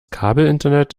kabelinternet